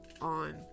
on